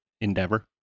endeavor